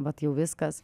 vat jau viskas